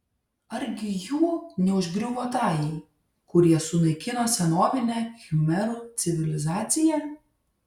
argi jų neužgriuvo tajai kurie sunaikino senovinę khmerų civilizaciją